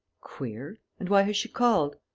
queer. and why has she called?